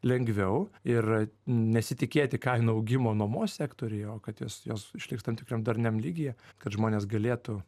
lengviau ir nesitikėti kainų augimo nuomos sektoriuje o kad jos jos išliks tam tikram darniam lygyje kad žmonės galėtų